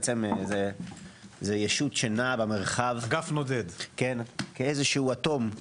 זה ישות שנעה במרחב כאיזשהו אטום.